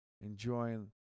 enjoying